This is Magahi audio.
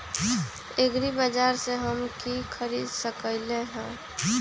एग्रीबाजार से हम की की खरीद सकलियै ह?